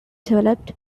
developed